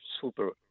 super